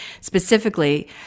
specifically